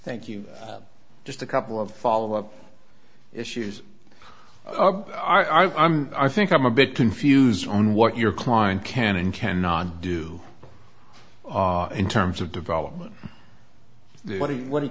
thank you bob just a couple of follow up issues i'm i think i'm a bit confused on what your client can and cannot do in terms of development what he